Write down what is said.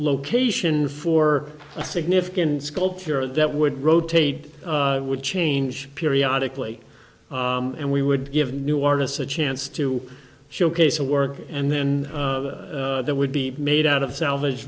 location for a significant sculpture that would rotate would change periodically and we would give new artists a chance to showcase the work and then that would be made out of salvage